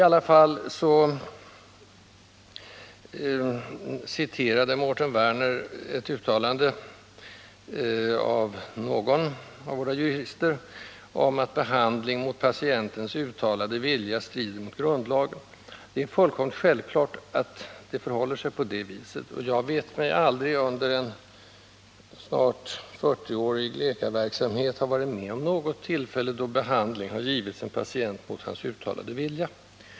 Mårten Werner citerade ett uttalande av någon av våra jurister, att behandling mot patientens uttalade vilja strider mot grundlagen. Det är fullkomligt självklart att det förhåller sig på det sättet. Jag vet mig aldrig under min snart 40-åriga läkarverksamhet ha varit med om att behandling har givits en patient mot hans uttalade vilja.